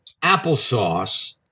applesauce